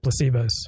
placebos